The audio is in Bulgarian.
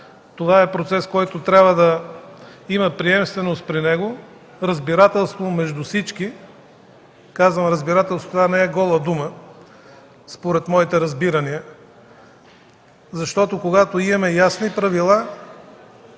Това е процес, при който трябва да има приемственост, разбирателство между всички. Като казвам „разбирателство”, това не е гола дума според моите разбирания. Когато имаме ясни правила